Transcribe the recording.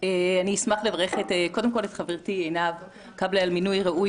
אשמח לברך קודם כול את חברתי עינב קאבלה על מינוי ראוי